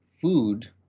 food